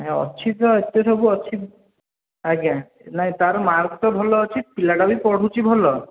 ନାଇଁ ଅଛି ଏତେ ସବୁ ଅଛି ଆଜ୍ଞା ନାଇଁ ତା'ର ମାର୍କ୍ ତ ଭଲ ଅଛି ପିଲାଟାବି ପଢ଼ୁଛି ଭଲ